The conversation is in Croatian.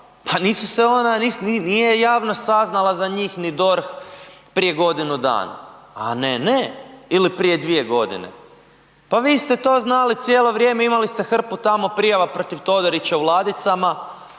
ona, nije javnost saznala za njih ni DORH prije godinu dana, a ne, ne, ili prije 2 godine, pa vi ste to znali cijelo vrijeme imali ste hrpu tamo prijava protiv Todorića u ladicama,